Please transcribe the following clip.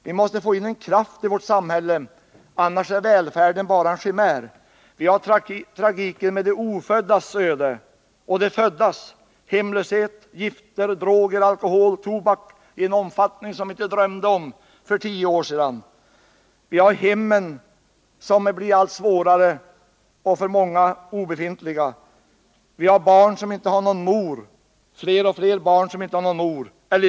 Vi måste få in en kraft i vårt samhälle — annars är välfärden bara en chimär. Vi har tragiken med de oföddas öde men även tragiken med de föddas — hemlöshet, gifter, droger, alkohol och tobak i en omfattning som vi inte drömde om för tio år sedan. Vi har problemet med hemmen, som blir allt sämre och för många obefintliga. Vi har barn som inte har någon mor och fler och fler barn som inte har några föräldrar.